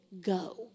go